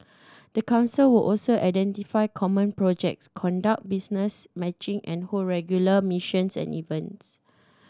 the council will also identify common projects conduct business matching and hold regular missions and events